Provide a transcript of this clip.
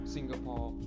Singapore